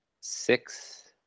six